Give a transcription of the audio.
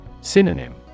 Synonym